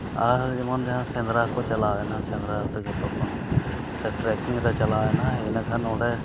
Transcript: ᱟᱨ ᱡᱟᱦᱟᱸᱭ ᱡᱮᱢᱚᱱ ᱥᱮᱸᱫᱽᱨᱟ ᱠᱚ ᱪᱟᱞᱟᱣᱮᱱᱟ ᱥᱮᱸᱫᱽᱨᱟ ᱨᱮᱫᱚ ᱡᱚᱛᱚ ᱠᱷᱚᱱ ᱥᱮ ᱴᱨᱮᱠᱤᱝ ᱨᱮ ᱪᱟᱞᱟᱣᱮᱱᱟᱭ ᱤᱱᱟᱹ ᱠᱷᱟᱱ ᱚᱸᱰᱮ